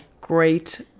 Great